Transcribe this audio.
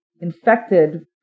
infected